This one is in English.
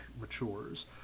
matures